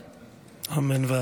אמן".